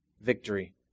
victory